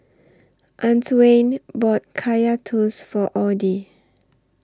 Antwain bought Kaya Toast For Audy